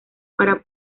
para